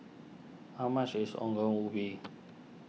how much is Ongol Ubi